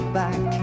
back